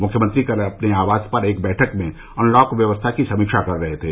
मुख्यमंत्री कल अपने आवास पर एक बैठक में अनलॉक व्यवस्था की समीक्षा कर रहे थे